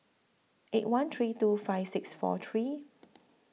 eight one three two five six four three